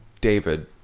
David